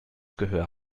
gehör